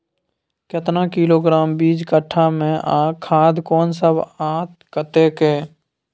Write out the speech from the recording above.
केतना किलोग्राम बीज कट्ठा मे आ खाद कोन सब आ कतेक?